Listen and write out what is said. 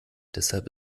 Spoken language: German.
deshalb